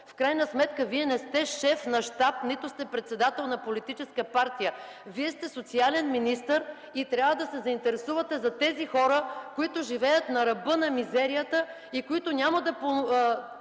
В крайна сметка Вие не сте шеф на щат, нито сте председател на политическа партия! Вие сте социален министър и трябва да се заинтересовате за тези хора, които живеят на ръба на мизерията и които няма да